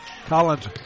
Collins